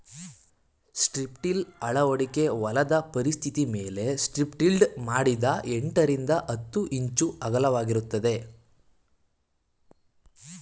strip till ಅಳವಡಿಕೆ ಹೊಲದ ಪರಿಸ್ಥಿತಿಮೇಲೆ ಸ್ಟ್ರಿಪ್ಟಿಲ್ಡ್ ಮಾಡಿದ ಸಾಲು ಎಂಟರಿಂದ ಹತ್ತು ಇಂಚು ಅಗಲವಾಗಿರ್ತದೆ